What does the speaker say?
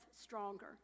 stronger